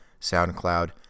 SoundCloud